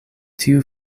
tiu